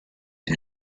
der